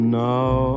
now